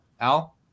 Al